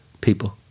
people